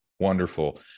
Wonderful